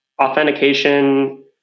authentication